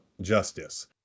justice